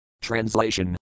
Translation